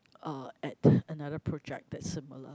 uh at another project that's similar